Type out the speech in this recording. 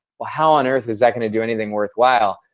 how on earth is that gonna do anything worthwhile?